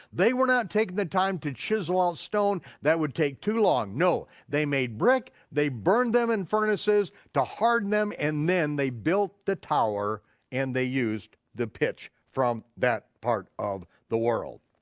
they were not taking the time to chisel out stone, that would take too long. no, they made brick, they burned them in furnaces, to harden them, and then they built the tower and they used the pitch from that part of the world.